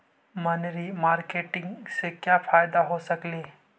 मनरी मारकेटिग से क्या फायदा हो सकेली?